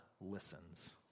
listens